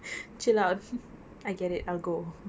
chill out I get it I'll go